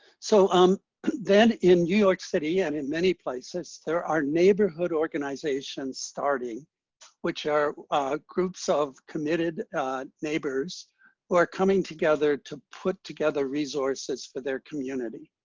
so um then in new york city, and in many places, there are neighborhood organizations starting which are groups of committed neighbors who are coming together to put together resources for their community.